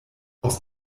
aus